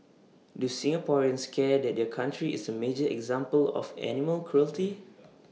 do Singaporeans care that their country is A major example of animal cruelty